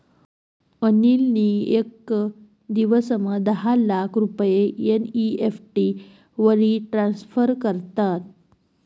अनिल नी येक दिवसमा दहा लाख रुपया एन.ई.एफ.टी वरी ट्रान्स्फर करात